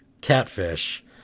Catfish